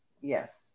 Yes